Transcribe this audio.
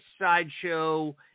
sideshow